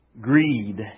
Greed